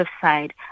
side